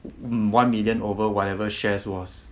one million over whatever shares was